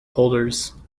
holders